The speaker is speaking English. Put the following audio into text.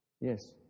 Yes